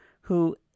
who-